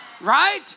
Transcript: right